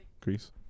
Greece